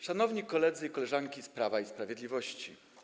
Szanowni Koledzy i Koleżanki z Prawa i Sprawiedliwości!